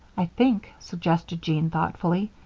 i think, suggested jean thoughtfully,